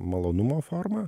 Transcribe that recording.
malonumo forma